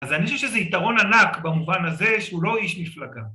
‫אז אני חושב שזה יתרון ענק ‫במובן הזה שהוא לא איש מפלגה